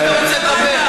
כמה אתה רוצה לדבר?